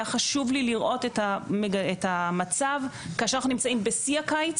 היה חשוב לי לראות את המצב כאשר אנחנו נמצאים בשיא הקיץ,